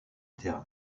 etc